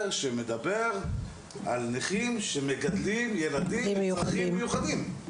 שמדבר על נכים שמגדלים ילדים עם צרכים מיוחדים.